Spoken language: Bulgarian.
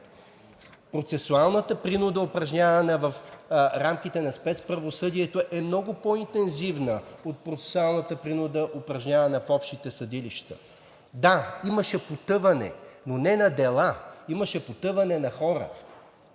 процесуалната принуда, упражнявана в рамките на спецправосъдието, е много по-интензивна от процесуалната принуда, упражнявана в общите съдилища. Да, имаше потъване, но не на дела, имаше потъване на хора